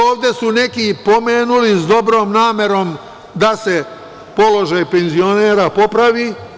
Ovde su neki pomenuli s dobrom namerom da se položaj penzionera popravi.